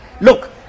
Look